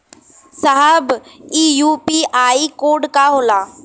साहब इ UPI code का होला?